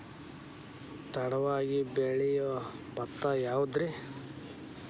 ತಡವಾಗಿ ಬೆಳಿಯೊ ಭತ್ತ ಯಾವುದ್ರೇ?